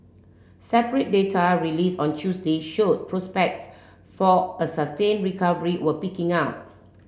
separate data released on Tuesday showed prospects for a sustained recovery were picking up